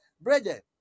brethren